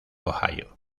ohio